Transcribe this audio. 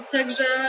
Także